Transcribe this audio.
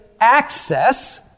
access